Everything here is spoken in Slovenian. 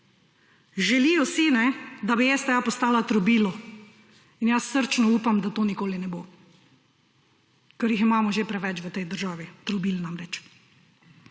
Želijo si, da bi STA postala trobilo in jaz srčno upam, da to nikoli ne bo, ker jih imamo že preveč v tej državi, trobil namreč.